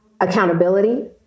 accountability